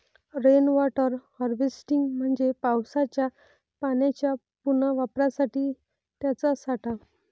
rain water harvesting म्हणजे पावसाच्या पाण्याच्या पुनर्वापरासाठी त्याचा साठा